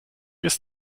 ist